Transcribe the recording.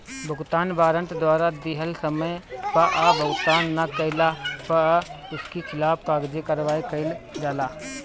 भुगतान वारंट द्वारा दिहल समय पअ भुगतान ना कइला पअ उनकी खिलाफ़ कागजी कार्यवाही कईल जाला